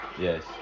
yes